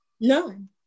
None